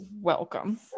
welcome